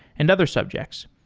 and other subjects.